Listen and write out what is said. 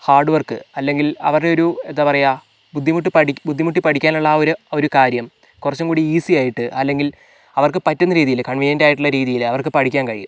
hard work അല്ലെങ്കിൽ അവരുടെ ഒരു എന്താ പറയുക ബുദ്ധിമുട്ട് പഠിക്ക ബുദ്ധിമുട്ടി പഠിക്കാനുള്ള ആ ഒരു ഒരു കാര്യം കുറച്ചും കൂടി ഈസിയായിട്ട് അല്ലെങ്കിൽ അവർക്ക് പറ്റുന്ന രീതിയിൽ കൺവീനിയൻറ്റായിട്ടുള്ള രീതിയിൽ അവർക്ക് പഠിക്കാൻ കഴിയും